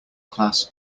class